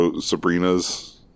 Sabrina's